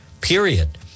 period